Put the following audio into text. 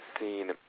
seen